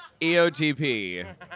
EOTP